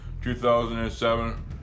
2007